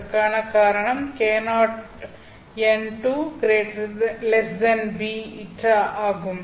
இதற்கான காரணம் k0n2β ஆகும்